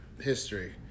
history